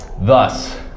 Thus